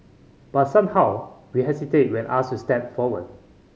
but somehow we hesitate when asked to step forward